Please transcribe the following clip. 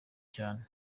cyane